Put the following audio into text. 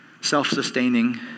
self-sustaining